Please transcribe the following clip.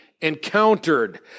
encountered